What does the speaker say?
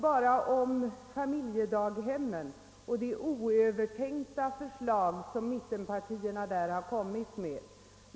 Bara ett par ord om familjedaghemmen.